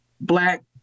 black